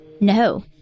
No